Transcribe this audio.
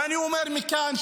ואני אומר מכאן,